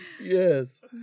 Yes